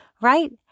right